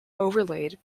overlaid